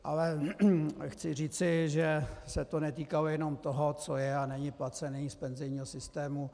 Ale chci říci, že se to netýkalo jenom toho, co je a není placené z penzijního systému.